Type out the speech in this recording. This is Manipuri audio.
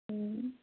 ꯎꯝ